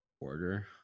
order